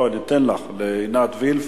לא, אני אתן לך, לעינת וילף